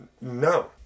No